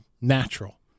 natural